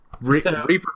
Reaper